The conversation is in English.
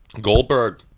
Goldberg